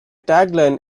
tagline